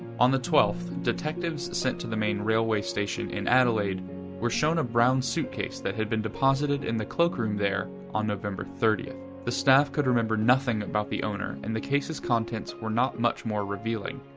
on the twelfth, detectives sent to the main railway station in adelaide were shown a brown suitcase that had been deposited in the cloakroom there on november thirtieth. the staff could remember nothing about the owner, and the case's contents were not much more revealing.